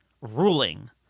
ruling